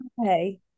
Okay